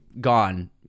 gone